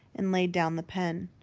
and laid down the pen.